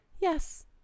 Yes